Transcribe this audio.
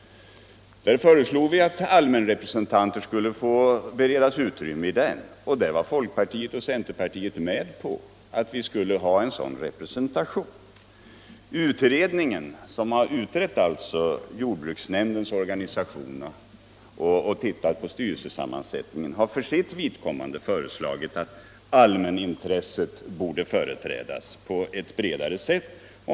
Där föreslog vi att representanter för allmänintresset skulle beredas utrymme i styrelsen. Folkpartiet och centern var med på att vi skulle ha en sådan representation. Den utredning som har utrett jordbruksnämndens organisation och tittat på styrelsesammansättningen har föreslagit att allmänintresset borde företrädas på ett bredare sätt.